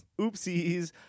oopsies